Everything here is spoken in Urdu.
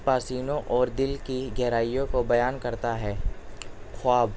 پاسینوں اور دل کی گہرائیوں کو بیان کرتا ہے خواب